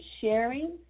sharing